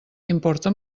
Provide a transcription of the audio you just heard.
importa